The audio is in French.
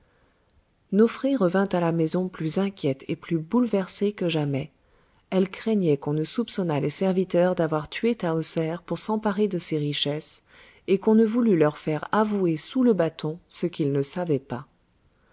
nofré revint à la maison plus inquiète et plus bouleversée que jamais elle craignait qu'on ne soupçonnât les serviteurs d'avoir tué tahoser pour s'emparer de ses richesses et qu'on ne voulût leur faire avouer sous le bâton ce qu'ils ne savaient pas